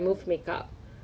um